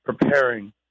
preparing